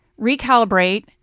recalibrate